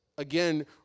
Again